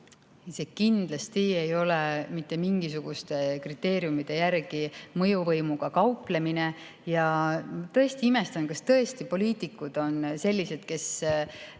See kindlasti ei ole olnud mitte mingisuguste kriteeriumide järgi mõjuvõimuga kauplemine. Ma tõesti imestan, kas tõesti on selliseid